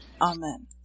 Amen